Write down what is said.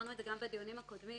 אמרנו גם בדיונים הקודמים